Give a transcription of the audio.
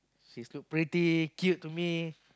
she's too pretty cute to me